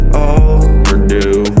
overdue